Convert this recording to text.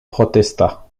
protesta